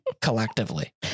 collectively